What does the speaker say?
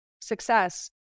success